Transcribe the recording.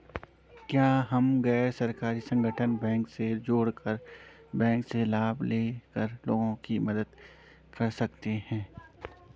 क्या हम गैर सरकारी संगठन को बैंक से जोड़ कर बैंक से लाभ ले कर लोगों की मदद कर सकते हैं?